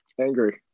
Angry